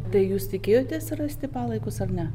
tai jūs tikėjotės rasti palaikus ar ne